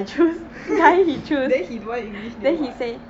then he don't want english name [what]